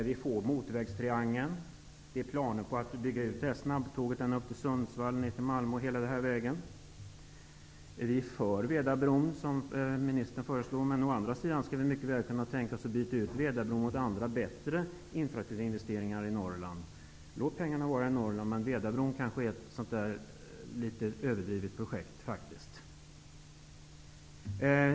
Vi får motorvägstriangeln. Det finns planer på att bygga ut snabbtågstrafiken ända upp till Sundsvall och ner till Malmö. Vi är för Vedabron, som ministern föreslår. Å andra sidan skulle vi mycket väl kunna tänka oss att byta ut Vedabron mot andra och bättre infrastrukturinvesteringar i Norrland. Låt pengarna vara kvar i Norrland, men Vedabron är faktiskt ett något överdrivet projekt.